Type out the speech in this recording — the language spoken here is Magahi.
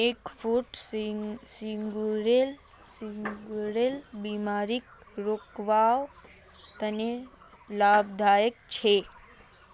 एग फ्रूट सुगरेर बिमारीक रोकवार तने लाभदायक छे